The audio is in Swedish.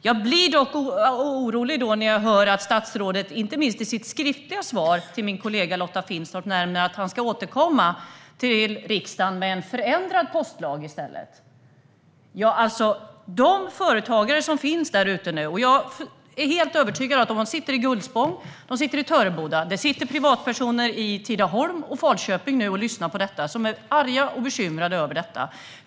Jag blev dock orolig när jag hörde statsrådet i sitt svar till min kollega Lotta Finstorp nämna att han ska återkomma till riksdagen med ett förslag till en förändrad postlag. Jag är helt övertygad om att företagare i Gullspång och Töreboda samt privatpersoner i Tidaholm och Falköping lyssnar på debatten. De är arga och bekymrade.